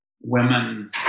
women